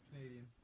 Canadian